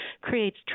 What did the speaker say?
creates